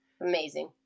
Amazing